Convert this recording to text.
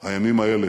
הימים האלה.